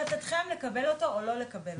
ובהחלטתכם לקבל אותו או לא לקבל אותו.